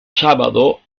sábado